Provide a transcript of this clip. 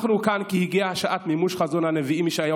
אנחנו כאן כי הגיעה שעת מימוש חזון הנביא ישעיהו,